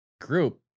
group